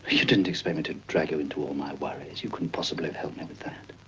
you didn't expect me to drag you into all my worries. you couldn't possibly have helped me with that.